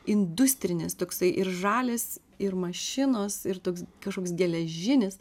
industrinis toksai ir žalias ir mašinos ir toks kažkoks geležinis